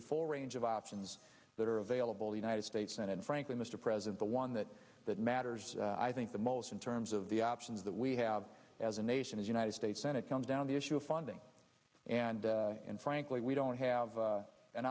the full range of options that are available the united states senate frankly mr president the one that that matters i think the most in terms of the options that we have as a nation is united states senate comes down the issue of funding and and frankly we don't have